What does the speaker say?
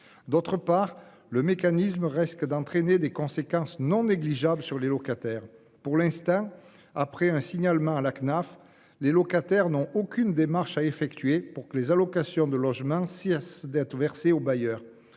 ailleurs, le mécanisme risque d'entraîner des conséquences non négligeables sur les locataires. Pour l'instant, après un signalement à la Cnaf, les locataires n'ont aucune démarche à effectuer pour que les allocations de logement cessent d'être versées aux bailleurs.